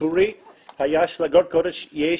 הציבורי היה שלאגרת גודש יש